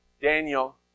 Daniel